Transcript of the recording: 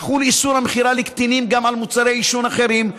יחול איסור המכירה לקטינים גם על מוצרי עישון אחרים,